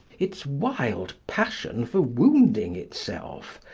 its wild passion for wounding itself,